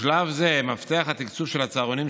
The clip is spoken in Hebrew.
בשלב זה מפתח התקצוב של הצהרונים,